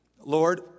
Lord